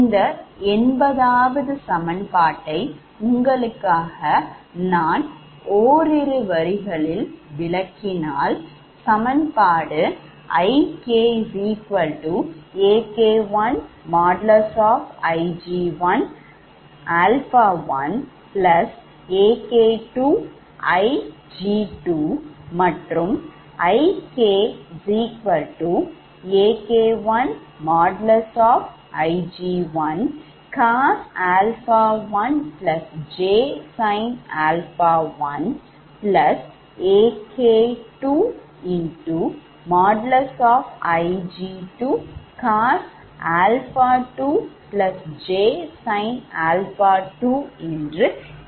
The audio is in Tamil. இந்த 80 வது சமன்பாட்டை உங்களுக்காக நான் ஓரிரு வரிகளில் விலக்கினால் சமன்பாடு IKAK1|Ig1|∠α1AK2|Ig2| மற்றும் IKAK1Ig1cosα1jsinα1|AK2|Ig2| cosα2jsinα2 என்று கிடைக்கும்